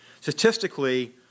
Statistically